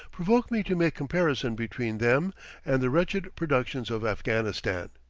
provoke me to make comparison between them and the wretched productions of afghanistan.